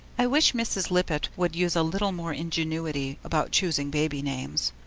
i wish mrs. lippett would use a little more ingenuity about choosing babies' names.